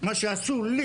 מה שעשו לי